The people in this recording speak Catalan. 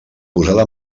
posada